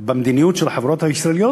במדיניות של החברות הישראליות.